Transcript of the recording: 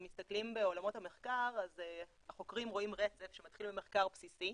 אם מסתכלים בעולמות המחקר אז החוקרים רואים רצף שמתחיל במחקר בסיסי,